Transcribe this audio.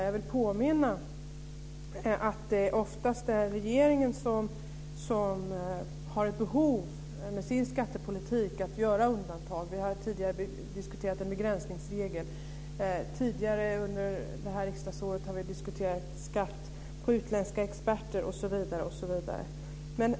Jag vill påminna om att det oftast är regeringen som med sin skattepolitik har behov av att göra undantag. Vi har tidigare under riksdagsåret diskuterat en begränsningsregel och skatt på utländska experter, osv.